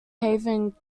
haven